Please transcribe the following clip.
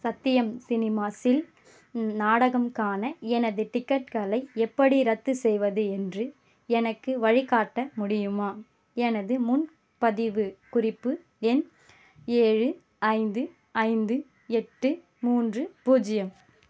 சத்யம் சினிமாஸில் நாடகம்கான எனது டிக்கெட்டுகளை எப்படி ரத்து செய்வது என்று எனக்கு வழிகாட்ட முடியுமா எனது முன்பதிவு குறிப்பு எண் ஏழு ஐந்து ஐந்து எட்டு மூன்று பூஜ்யம்